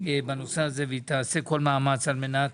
בנושא הזה והיא תעשה כל מאמץ על מנת